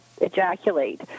ejaculate